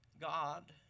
God